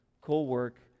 co-work